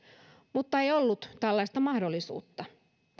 mutta ei ollut tällaista mahdollisuutta